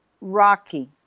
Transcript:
Rocky